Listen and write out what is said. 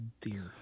dear